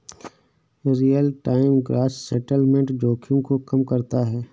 real time gross settlement जोखिम को कम करता है